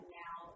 now